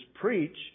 preach